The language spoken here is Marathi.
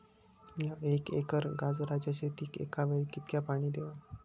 मीया एक एकर गाजराच्या शेतीक एका वेळेक कितक्या पाणी देव?